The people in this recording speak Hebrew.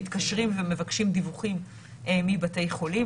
מתקשרים ומבקשים דיווחים מבתי החולים.